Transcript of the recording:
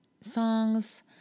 songs